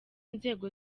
nzego